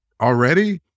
Already